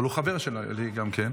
הוא חבר שלי גם כן,